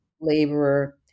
laborer